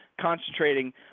concentrating